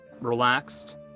relaxed